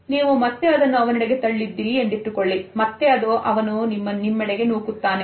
ನೀವು ಮತ್ತೆ ಅದನ್ನು ಅವನೆಡೆಗೆ ತಳ್ಳಿರಿ ಎಂದಿಟ್ಟುಕೊಳ್ಳಿ ಮತ್ತೆ ನಿಮ್ಮೆಡೆಗೆ ಅವನು ನೂಕುತ್ತಾನೆ